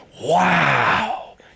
wow